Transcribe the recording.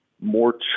more